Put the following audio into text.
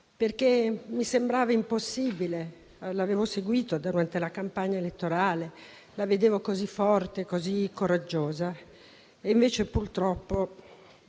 perché sembrava impossibile. Io l'avevo seguita durante la campagna elettorale, la vedevo così forte, così coraggiosa e, invece, siamo purtroppo